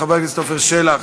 חבר הכנסת עפר שלח,